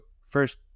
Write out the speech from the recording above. first